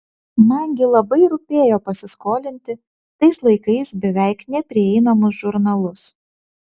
man gi labai rūpėjo pasiskolinti tais laikais beveik neprieinamus žurnalus